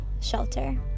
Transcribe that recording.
shelter